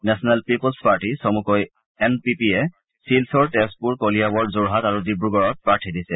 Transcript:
national people's পাৰ্টীয়ে চমুকৈ N P পিয়ে শিলচৰ তেজপুৰ কলিয়াবৰ যোৰহাট আৰু ডিব্ৰুগড়ত প্ৰাৰ্থী দিছে